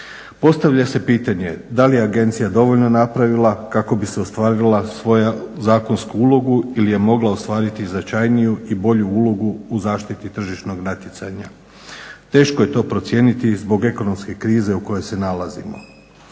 Postavlja se pitanje da li je agencija dovoljno napravila kako ostvarila svoju zakonsku ulogu ili je mogla ostvariti značajniju i bolju ulogu u zaštiti tržišnog natjecanja. Teško je to procijeniti zbog ekonomske krize u kojoj se nalazimo.